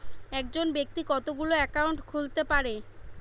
একজন ব্যাক্তি কতগুলো অ্যাকাউন্ট খুলতে পারে?